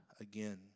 again